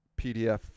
PDF